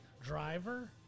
driver